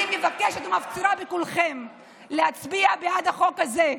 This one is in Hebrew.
אני מבקשת, מפצירה בכולכם להצביע בעד החוק הזה.